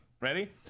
Ready